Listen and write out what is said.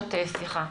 שעות שיחה,